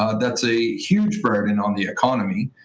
ah that's a huge burden on the economy.